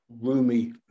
roomy